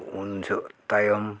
ᱩᱱ ᱡᱚᱦᱚᱜ ᱛᱟᱭᱚᱢ